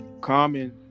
Common